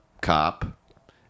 cop